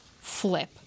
flip